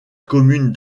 commune